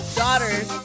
daughters